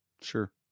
Sure